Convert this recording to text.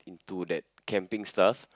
to that camping stuff